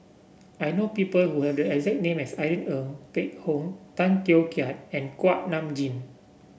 I know people who have the exact name as Irene Ng Phek Hoong Tay Teow Kiat and Kuak Nam Jin